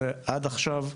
עד עכשיו,